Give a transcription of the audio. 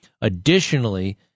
Additionally